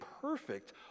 perfect